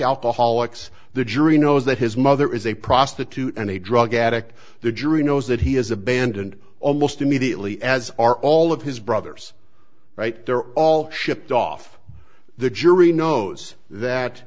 alcoholics the jury knows that his mother is a prostitute and a drug addict the jury knows that he has abandoned almost immediately as are all of his brothers right there all shipped off the jury knows that